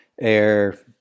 air